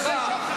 ממך,